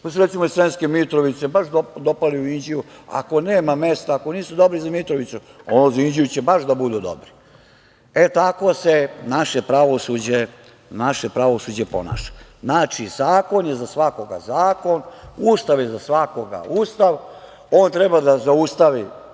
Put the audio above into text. iz Sremske Mitrovice su baš dopali u Inđiju. Ako nema mesta, ako nisu dobri za Mitrovicu, ono za Inđiju će baš da budu dobri. E, tako se naše pravosuđe ponaša. Znači, zakon je za svakoga zakon, Ustav je za svakoga Ustav. On treba da zaustavi,